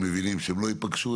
הם מבינים שהם לא ייפגשו,